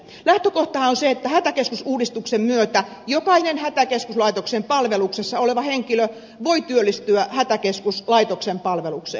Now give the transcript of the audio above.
lähtökohtahan on se että hätäkeskusuudistuksen myötä jokainen hätäkeskuslaitoksen palveluksessa oleva henkilö voi työllistyä hätäkeskuslaitoksen palvelukseen